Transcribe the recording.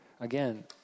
Again